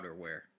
outerwear